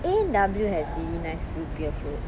A&W has really nice root beer float